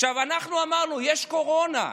אנחנו אמרנו: יש קורונה,